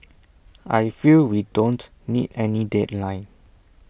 I feel we don't need any deadline